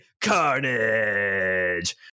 carnage